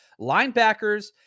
linebackers